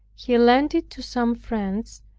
he lent it to some friends,